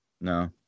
no